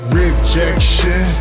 rejection